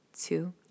two